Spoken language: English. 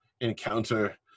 encounter